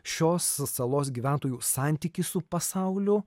šios salos gyventojų santykį su pasauliu